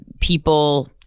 people